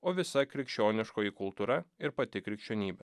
o visa krikščioniškoji kultūra ir pati krikščionybė